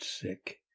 sick